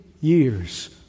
years